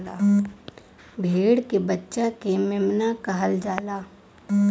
भेड़ के बच्चा के मेमना कहल जाला